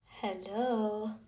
hello